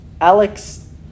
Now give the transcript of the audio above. Alex